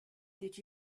did